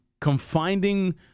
confining